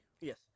Yes